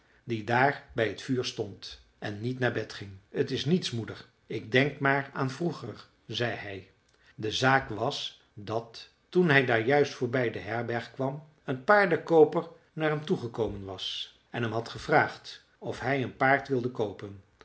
die daar bij t vuur stond en niet naar bed ging t is niets moeder ik denk maar aan vroeger zei hij de zaak was dat toen hij daar juist voorbij de herberg kwam een paardenkooper naar hem toe gekomen was en hem had gevraagd of hij een paard wilde koopen